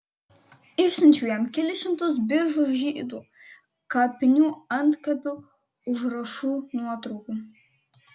išsiunčiau jam kelis šimtus biržų žydų kapinių antkapių užrašų nuotraukų